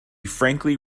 frankly